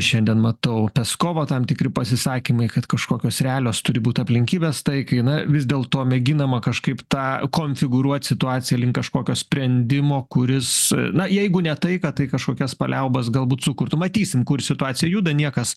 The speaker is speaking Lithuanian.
šiandien matau peskovo tam tikri pasisakymai kad kažkokios realios turi būt aplinkybės taikai na vis dėl to mėginama kažkaip tą konfigūruot situaciją link kažkokio sprendimo kuris na jeigu ne tai kad tai kažkokias paliaubas galbūt sukurtų matysim kur situacija juda niekas